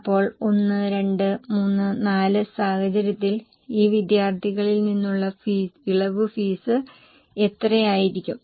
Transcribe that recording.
അപ്പോൾ 1 2 3 4 സാഹചര്യത്തിൽ ഈ വിദ്യാർത്ഥികളിൽ നിന്നുള്ള ഇളവ് ഫീസ് എത്രയായിരിക്കും